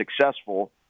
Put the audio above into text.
successful